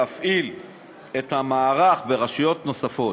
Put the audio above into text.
להפעיל את המערך ברשויות נוספות.